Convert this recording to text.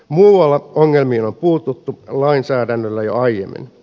muualla ongelmiin on puututtu lainsäädännöllä jo aiemmin